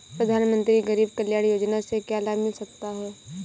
प्रधानमंत्री गरीब कल्याण योजना से क्या लाभ मिल सकता है?